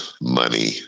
money